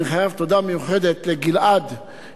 אני רוצה לומר תודה לשר הפנים,